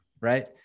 right